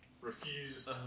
refused